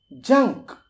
junk